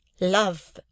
Love